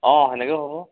অঁ সেনেকে হ'ব